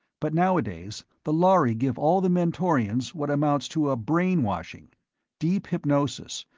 but nowadays the lhari give all the mentorians what amounts to a brainwashing deep hypnosis,